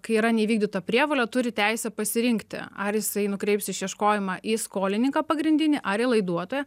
kai yra neįvykdyta prievolė turi teisę pasirinkti ar jisai nukreips išieškojimą į skolininką pagrindinį ar į laiduotoją